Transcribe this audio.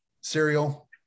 cereal